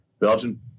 Belgian